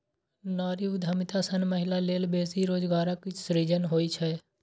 नारी उद्यमिता सं महिला लेल बेसी रोजगारक सृजन होइ छै